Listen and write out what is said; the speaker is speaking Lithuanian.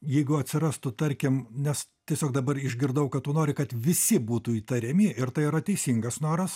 jeigu atsirastų tarkim nes tiesiog dabar išgirdau kad tu nori kad visi būtų įtariami ir tai yra teisingas noras